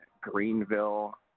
Greenville